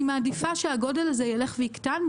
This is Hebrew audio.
אני מעדיפה שהגודל הזה ילך ויקטן,